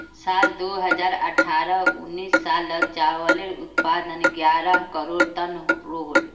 साल दो हज़ार अठारह उन्नीस सालोत चावालेर उत्पादन ग्यारह करोड़ तन रोहोल